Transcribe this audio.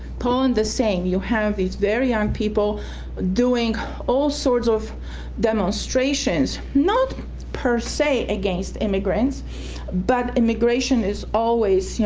poland the same. you have these very young people doing all sorts of demonstrations not per se against immigrants but immigration is always, you know,